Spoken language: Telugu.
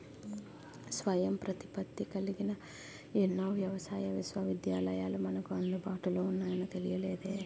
స్వయం ప్రతిపత్తి కలిగిన ఎన్నో వ్యవసాయ విశ్వవిద్యాలయాలు మనకు అందుబాటులో ఉన్నాయని తెలియలేదే